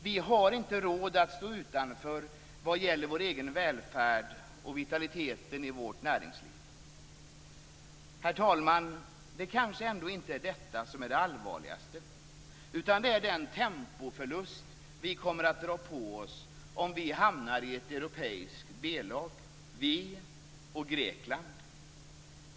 Vi har inte råd att stå utanför vad gäller vår egen välfärd och vitaliteten i vårt näringsliv. Herr talman! Det kanske ändå inte är detta som är det allvarligaste, utan det kanske är den tempoförlust vi kommer att dra på oss om vi hamnar i ett europeiskt B-lag - vi och Grekland!